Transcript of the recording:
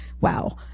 wow